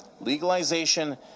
Legalization